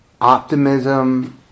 optimism